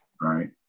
Right